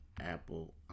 apple